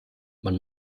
man